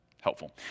helpful